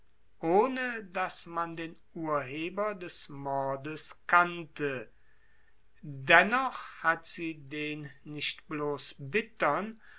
ohne daß man den urheber des mordes kannte dennoch hat sie den nicht blos bittern